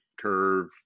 Curve